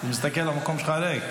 אני מסתכל, המקום שלך ריק.